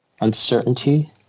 uncertainty